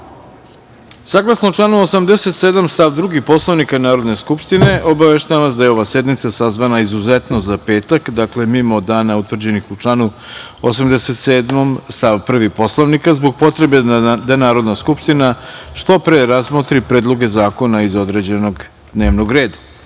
Saglasno članu 87. stav 2. Poslovnika Narodne skupštine, obaveštavam vas da je ova sednica sazvana izuzetno za petak, dakle, mimo dana utvrđenih u članu 87. stav 1. Poslovnika, zbog potrebe da Narodna skupština što pre razmotri predloge zakona iz određenog dnevnog